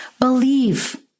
believe